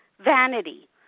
vanity